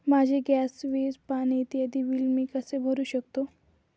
माझी गॅस, वीज, पाणी इत्यादि बिले मी कशी भरु शकतो?